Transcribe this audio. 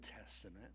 testament